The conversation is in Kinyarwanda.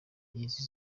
y’izi